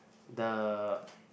the